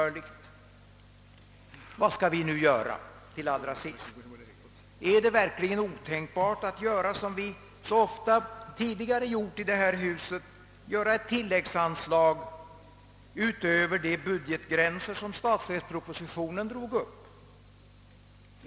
Nå, vad skall vi nu göra? Ja, är det verkligen otänkbart att förfara som så många gånger tidigare i detta hus, nämligen att bevilja ett tilläggsanslag utöver de budgetgränser som statsverkspropositionen dragit upp?